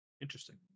Interesting